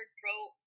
drove